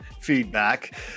feedback